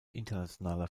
internationaler